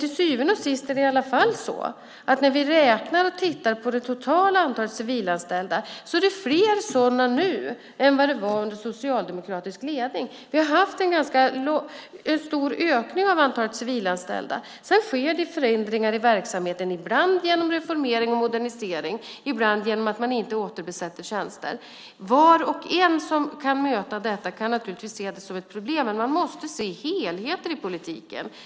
Till syvende och sist är det, när vi räknar på det totala antalet civilanställda, fler civilanställda nu än det var under socialdemokratisk ledning. Vi har haft en stor ökning av antalet civilanställda. Sedan sker det förändringar i verksamheten, ibland genom reformering och modernisering, ibland genom att man inte återbesätter tjänster. Var och en som möter detta kan naturligtvis se det som ett problem, men man måste se helheten i politiken.